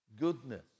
Goodness